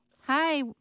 Hi